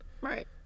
Right